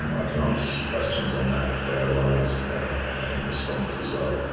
and ah can answer some questions on that if they arise in response as well.